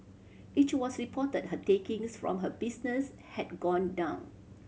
it was reported her takings from her businesses had gone down